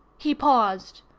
he paused.